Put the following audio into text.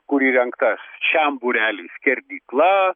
kur įrengta šiam būreliui skerdykla